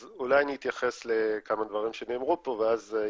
אז אולי אני אתייחס לכמה דברים שנאמרו פה ואז,